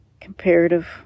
comparative